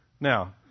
Now